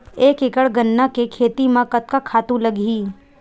एक एकड़ गन्ना के खेती म कतका खातु लगही?